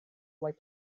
like